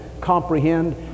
comprehend